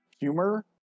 humor